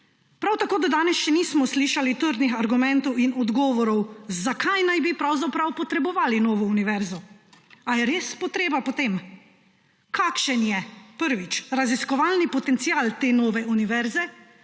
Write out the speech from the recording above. Prav tako do danes še nismo slišali trdnih argumentov in odgovorov, zakaj naj bi pravzaprav potrebovali novo univerzo. Ali je res potreba po tem? Kakšen je, prvič, raziskovalni potencial te nove univerze?